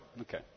Okay